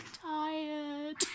tired